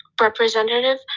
Representative